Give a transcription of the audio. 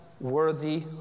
worthy